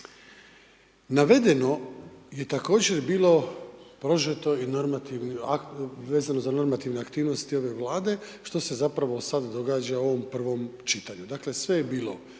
Navedeno je također bilo prožeto, vezano za normativne aktivnosti ove Vlade što se zapravo sada događa u ovom prvom čitanju. Dakle sve je bilo